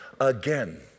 again